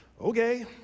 okay